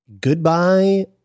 goodbye